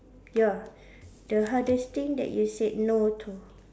ya the hardest thing that you said no too